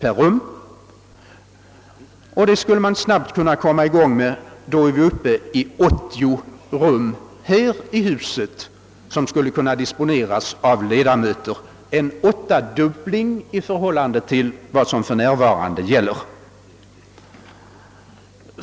En sådan inredning skulle man snabbt kunna komma i gång med och därmed skulle man vara uppe i 80 rum här i riksdagshuset som skulle kunna disponeras av riksdagsledamöterna eller en åttadubbling i förhållande till det nuvarande antalet.